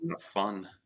Fun